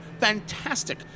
fantastic